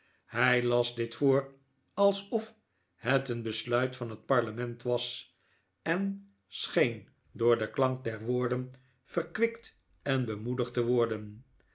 hij las dit voor alsof het een besluit van het parlement was en scheen door den klank der woorden verkwikt en bemoedigd te worden